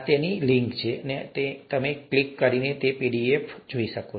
આ તેની લિંક છે જે તમારી પાસે અન્ય ક્લિક કરી શકાય તેવી પીડીએફ પર ઉપલબ્ધ હશે